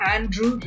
Andrew